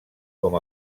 com